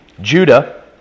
Judah